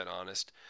honest